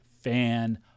fan